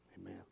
Amen